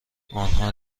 آنها